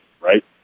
right